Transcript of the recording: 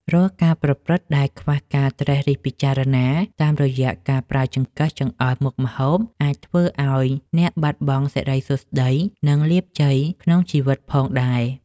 រាល់ការប្រព្រឹត្តដែលខ្វះការត្រិះរិះពិចារណាតាមរយៈការប្រើចង្កឹះចង្អុលមុខម្ហូបអាចធ្វើឱ្យអ្នកបាត់បង់សិរីសួស្តីនិងលាភជ័យក្នុងជីវិតផងដែរ។